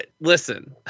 listen